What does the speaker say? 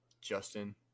Justin